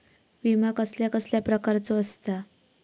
विमा कसल्या कसल्या प्रकारचो असता?